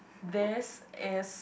this is